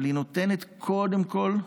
אבל היא נותנת קודם כול הכרה,